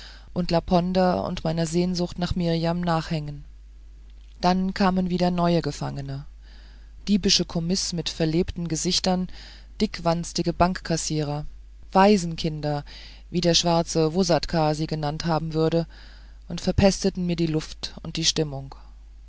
und laponder und meiner sehnsucht nach mirjam nachhängen dann kamen wieder neue gefangene diebische kommis mit verlebten gesichtern dickwanstige bankkassierer waisenkinder wie der schwarze vssatka sie genannt haben würde und verpesteten mir die luft und die stimmung